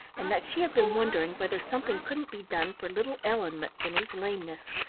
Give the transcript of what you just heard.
and that she had been wondering whether something couldn't be done for little ellen mcfinney's lameness.